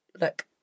look